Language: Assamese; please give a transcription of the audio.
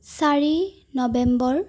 চাৰি নৱেম্বৰ